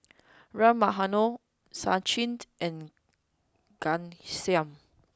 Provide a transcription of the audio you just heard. Ram Manohar Sachin and Ghanshyam